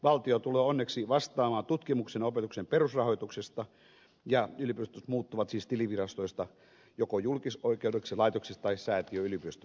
valtio tulee onneksi vastaamaan tutkimuksen ja opetuksen perusrahoituksesta ja yliopistot muuttuvat siis tilivirastoista joko julkisoikeudellisiksi laitoksiksi tai säätiöyliopistoiksi